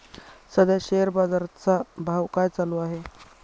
सध्या शेअर बाजारा चा भाव काय चालू आहे?